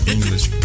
English